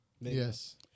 Yes